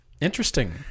Interesting